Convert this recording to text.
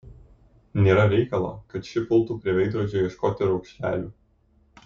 nėra reikalo kad ši pultų prie veidrodžio ieškoti raukšlelių